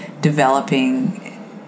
developing